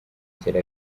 tel